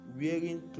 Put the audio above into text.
wearing